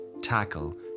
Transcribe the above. tackle